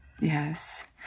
Yes